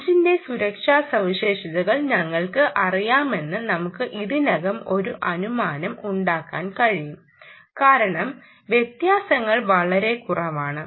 0 ന്റെ സുരക്ഷാ സവിശേഷതകൾ ഞങ്ങൾക്ക് അറിയാമെന്ന് നമുക്ക് ഇതിനകം ഒരു അനുമാനം ഉണ്ടാക്കാൻ കഴിയും കാരണം വ്യത്യാസങ്ങൾ വളരെ കുറവാണ്